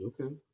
Okay